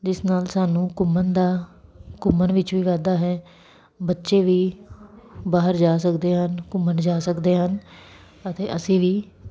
ਜਿਸ ਨਾਲ ਸਾਨੂੰ ਘੁੰਮਣ ਦਾ ਘੁੰਮਣ ਵਿੱਚ ਵੀ ਵਾਧਾ ਹੈ ਬੱਚੇ ਵੀ ਬਾਹਰ ਜਾ ਸਕਦੇ ਹਨ ਘੁੰਮਣ ਜਾ ਸਕਦੇ ਹਨ ਅਤੇ ਅਸੀਂ ਵੀ